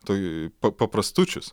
tai pa paprastučius